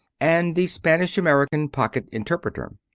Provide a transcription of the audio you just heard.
and the spanish-american pocket interpreter.